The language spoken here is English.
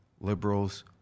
liberals